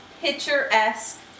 picture-esque